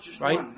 Right